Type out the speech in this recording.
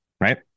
right